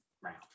round